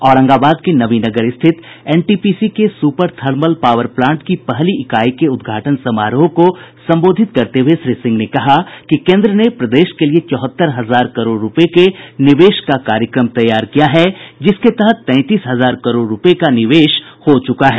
औरंगाबाद के नवीनगर स्थित एनटीपीसी के सुपर थर्मल पावर प्लांट की पहली इकाई के उद्घाटन समारोह को संबोधित करते हुए श्री सिंह ने कहा कि केन्द्र ने प्रदेश के लिए चौहत्तर हजार करोड़ रुपये के निवेश का कार्यक्रम तैयार किया है जिसके तहत तैंतीस हजार करोड़ रुपये का निवेश हो चुका है